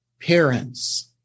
parents